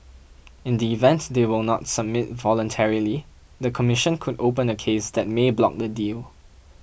in the event they will not submit voluntarily the commission could open a case that may block the deal